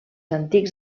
antics